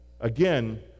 again